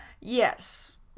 Yes